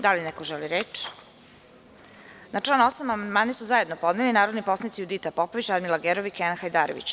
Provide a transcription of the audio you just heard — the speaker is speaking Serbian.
Da li neko želi reč? (Ne.) Na član 8. amandmane su zajedno podneli narodni poslanici Judita Popović, Radmila Gerov i Kenan Hajdarević.